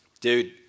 dude